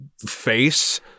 face